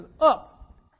up